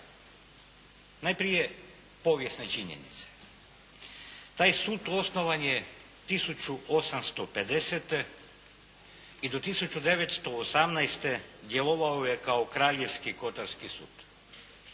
Najprije povijesne činjenice. Taj sud osnovan je 1850. i do 1918. djelovao je kao kraljevski kotarski sud.